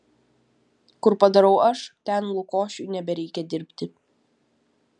kur padarau aš ten lukošiui nebereikia dirbti